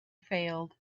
failed